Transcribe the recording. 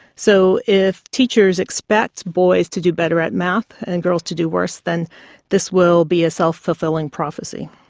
so if teachers expect boys to do better at maths and girls to do worse, then this will be a self-fulfilling prophecy.